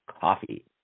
coffee